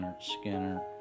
Skinner